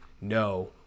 no